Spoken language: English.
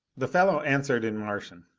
the fellow answered in martian,